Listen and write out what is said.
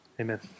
Amen